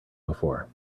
before